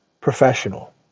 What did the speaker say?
professional